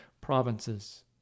provinces